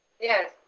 Yes